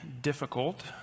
difficult